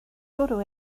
bwrw